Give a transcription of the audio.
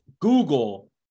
Google